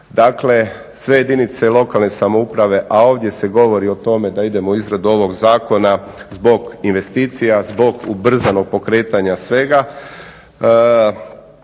Dakle, sve jedinice lokalne samouprave, a ovdje se govori o tome da idemo u izradu ovog zakona zbog investicija, zbog ubrzanog pokretanja svega.